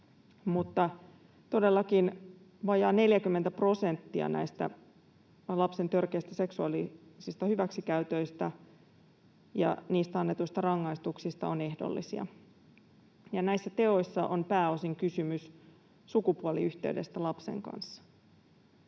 prosenttia näistä lapsen törkeistä seksuaalisista hyväksikäytöistä ja niistä annetuista rangaistuksista on ehdollisia. Ja näissä teoissa on pääosin kysymys sukupuoliyhteydestä lapsen kanssa.